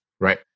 Right